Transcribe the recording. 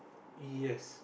yes